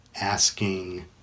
asking